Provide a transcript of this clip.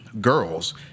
girls